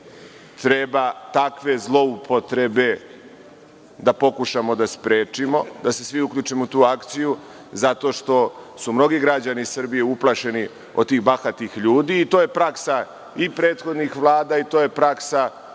treba takve zloupotrebe da pokušamo da sprečimo, da se svi uključimo u tu akciju zato što su mnogi građani Srbije uplašeni od tih bahatih ljudi. To je praksa i prethodnih vlada i to je praksa